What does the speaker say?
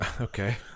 okay